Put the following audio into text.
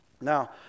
Now